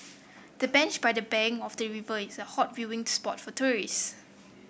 the bench by the bank of the river is a hot viewing spot for tourists